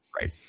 Right